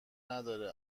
نداره